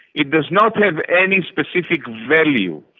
it does not have any specific value.